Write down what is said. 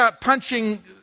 punching